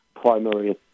primary